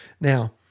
now